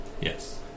Yes